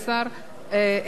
אין נמנעים.